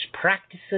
practices